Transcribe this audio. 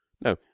no